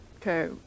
Okay